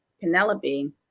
Penelope